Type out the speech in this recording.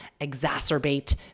exacerbate